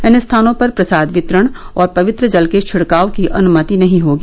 इन स्थानों पर प्रसाद वितरण और पवित्र जल के छिड़काव की अनुमति नहीं होगी